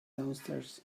downstairs